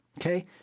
Okay